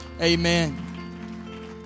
Amen